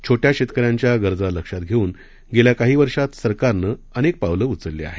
छोट्या शेतकऱ्यांच्या गरजा लक्षात घेऊन गेल्या काही वर्षात सरकारनं अनेक पावलं उचलली आहेत